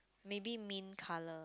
maybe mint colour